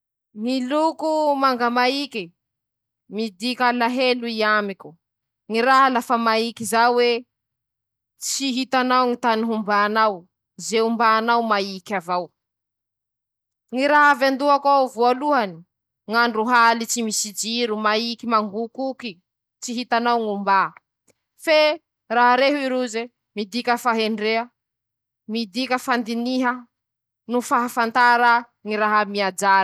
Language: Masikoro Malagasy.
Ñy manenty filima mampihehy ñ'ahy ñy teako, ñ'antony :-Mba fialam-boly iñy ro fañaria eritseritsy, añaria ñ'alahelo, mba homehomehy teña manenty azy, mba falifalymanenty azy, afa-po soa teña, miala lavitsy an-teña ñ'arety loha noho ñy tsy filaminan-tsay an-traño ao na aminy ñy fiaiñan-teña.